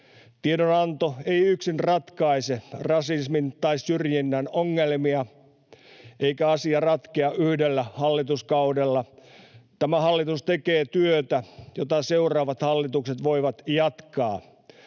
Tiedonanto ei yksin ratkaise rasismin tai syrjinnän ongelmia, eikä asia ratkea yhdellä hallituskaudella. Tämä hallitus tekee työtä, jota seuraavat hallitukset voivat jatkaa.